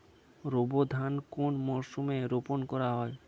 বোরো ধান কোন মরশুমে রোপণ করা হয়?